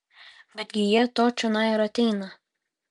betgi jie to čionai ir ateina